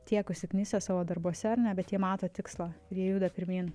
tiek užsiknisę savo darbuose ar ne bet jie mato tikslą ir jie juda pirmyn